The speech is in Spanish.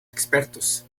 expertos